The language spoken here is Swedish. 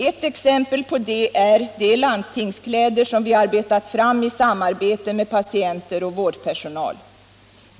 Ett exempel på det är de landstingskläder som vi arbetat fram i samarbete med patienter och vårdpersonal.